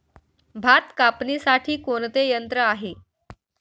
भात कापणीसाठी कोणते यंत्र आहे?